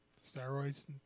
Steroids